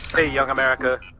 hey, young america,